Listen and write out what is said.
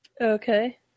Okay